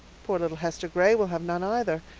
poor little hester gray will have none either.